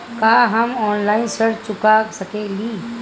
का हम ऑनलाइन ऋण चुका सके ली?